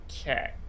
Okay